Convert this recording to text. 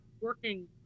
working